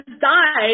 died